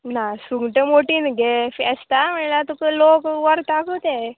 ना सुंगटां मोटी न्हू गे फेस्ता म्हळ्यार तुका लोक व्हरता गो तें